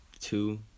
two